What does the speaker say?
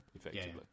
effectively